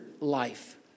life